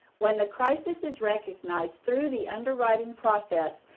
when the crisis is recognized through the underwriting process,